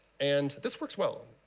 and this works well.